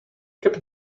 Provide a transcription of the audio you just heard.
cap